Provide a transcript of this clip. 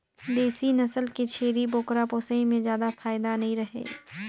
देसी नसल के छेरी बोकरा पोसई में जादा फायदा नइ रहें